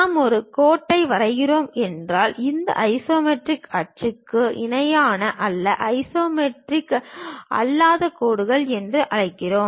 நாம் ஒரு கோட்டை வரைகிறோம் என்றால் இந்த ஐசோமெட்ரிக் அச்சுக்கு இணையாக அல்ல ஐசோமெட்ரிக் அல்லாத கோடுகள் என்று அழைக்கிறோம்